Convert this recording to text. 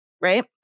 right